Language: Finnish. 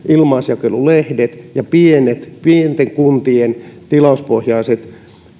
ilmaisjakelulehdet ja pienten kuntien tilauspohjaiset